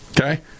Okay